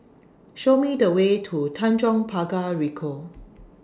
Show Me The Way to Tanjong Pagar Ricoh